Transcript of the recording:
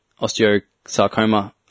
osteosarcoma